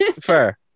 fair